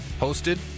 Hosted